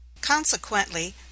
Consequently